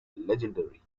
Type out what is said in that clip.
legendary